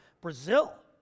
Brazil